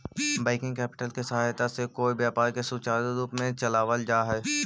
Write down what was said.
working capital के सहायता से कोई व्यापार के सुचारू रूप से चलावल जा हई